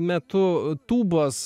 metu tūbos